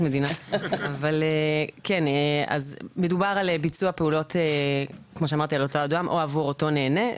מדובר על ביצוע על אותו אדם או עבור אותו נהנה.